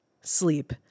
Sleep